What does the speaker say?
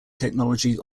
technology